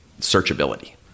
searchability